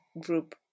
group